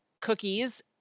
cookies